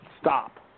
stop